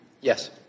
Yes